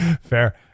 Fair